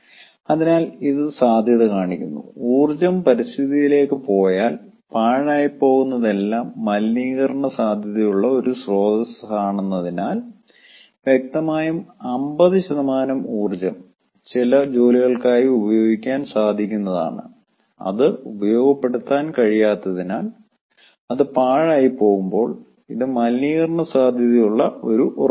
അതിനാൽ ഇത് സാധ്യത കാണിക്കുന്നു ഊർജ്ജം പരിസ്ഥിതിയിലേക്ക് പോയാൽ പാഴായിപ്പോകുന്നതെല്ലാം മലിനീകരണ സാധ്യതയുള്ള ഒരു സ്രോതസ്സാണെന്നതിനാൽ വ്യക്തമായും 50 ഊർജ്ജം ചില ജോലികൾക്കായി ഉപയോഗികക്കാൻ സാധിക്കുന്നതാണ് അത് ഉപയോഗപ്പെടുത്താൻ കഴിയാത്തതിനാൽ അത് പാഴായിപ്പോകുമ്പോൾ ഇത് മലിനീകരണ സാധ്യതയുള്ള ഒരു ഉറവിടമാണ്